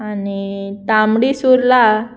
आनी तांबडीसुर्ला